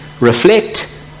reflect